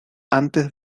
antes